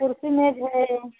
कुर्सी मेज़ है